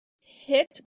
hit